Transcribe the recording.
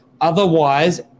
Otherwise